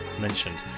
mentioned